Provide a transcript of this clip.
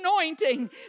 anointing